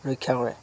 ৰক্ষা কৰে